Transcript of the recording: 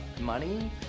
money